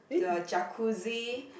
the jacuzzi